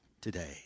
today